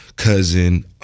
cousin